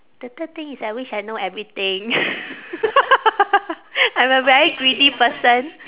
the third thing is I wish I know everything I'm a very greedy person